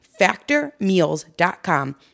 factormeals.com